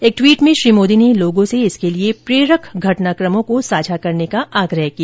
एक ट्वीट में श्री मोदी ने लोगों से इसके लिए प्रेरक घटनाक़मों को साझा करने का आग्रह किया